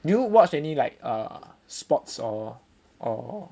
do you watch any like err sports or or